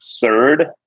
third